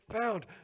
found